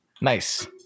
nice